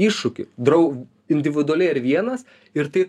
iššūkį drau individualiai ar vienas ir tai